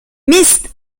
mist